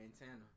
antenna